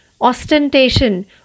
Ostentation